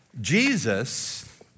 Jesus